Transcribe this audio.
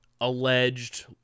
alleged